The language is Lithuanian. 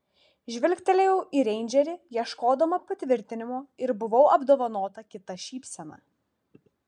žvilgtelėjau į reindžerį ieškodama patvirtinimo ir buvau apdovanota kita šypsena